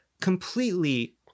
completely